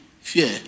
fear